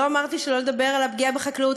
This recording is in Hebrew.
לא אמרתי שלא לדבר על הפגיעה בחקלאות.